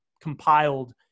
compiled